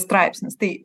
straipsnis tai